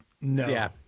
No